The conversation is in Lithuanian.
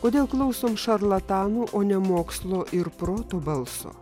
kodėl klausom šarlatanų o ne mokslo ir proto balso